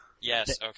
yes